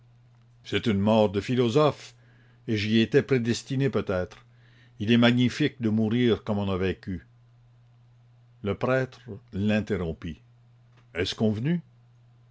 c'est une mort de philosophe et j'y étais prédestiné peut-être il est magnifique de mourir comme on a vécu le prêtre l'interrompit est-ce convenu